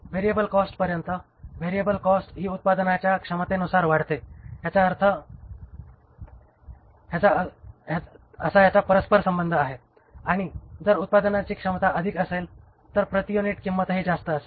variable कॉस्टपर्यंत variable cost ही उत्पादनाच्या क्षमतेनुसार वाढते असा याचा परस्पर संबंध आहे आणि जर उत्पादनाची क्षमता अधिक असेल तर प्रति युनिट किंमतही जास्त आहे